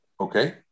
Okay